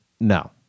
No